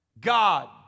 God